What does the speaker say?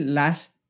last